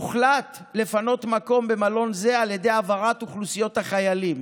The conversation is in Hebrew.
הוחלט לפנות מקום במלון זה על ידי העברת אוכלוסיות החיילים